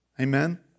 Amen